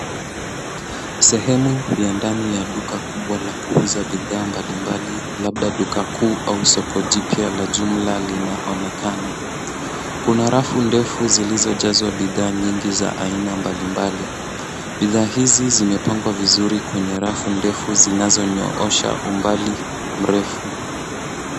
Sehemu ya ndani ya duka kubwa la kuuza bidhaa mbalimbali labda duka kuu au soko jipya la jumla linaonekana. Kuna rafu ndefu zilizojazwa bidhaa nyingi za aina mbalimbali. Bidhaa hizi zimepangwa vizuri kwenye rafu ndefu zinazonyoosha umbali mrefu.